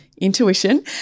intuition